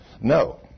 No